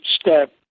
step